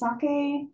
sake